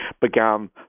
began